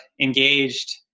engaged